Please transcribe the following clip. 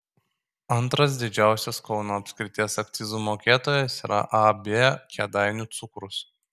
antras didžiausias kauno apskrities akcizų mokėtojas yra ab kėdainių cukrus